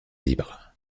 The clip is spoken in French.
libres